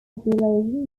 population